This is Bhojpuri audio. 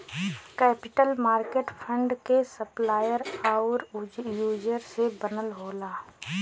कैपिटल मार्केट फंड क सप्लायर आउर यूजर से बनल होला